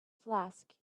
flask